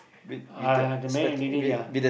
uh the man and lady ya